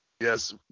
Yes